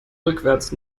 rückwarts